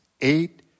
Eight